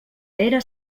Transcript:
era